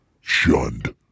shunned